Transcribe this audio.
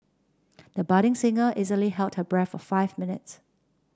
the budding singer easily held her breath for five minutes